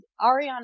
Ariana